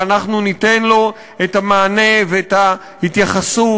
ואנחנו ניתן לו את המענה ואת ההתייחסות,